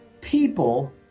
people